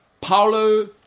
paulo